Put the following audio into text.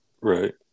right